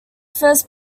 first